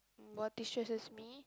what destresses me